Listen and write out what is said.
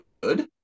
good